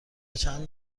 چند